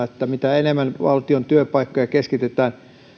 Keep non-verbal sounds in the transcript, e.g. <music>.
<unintelligible> että mitä enemmän valtion työpaikkoja keskitetään